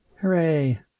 Hooray